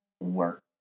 work